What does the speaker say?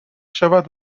شود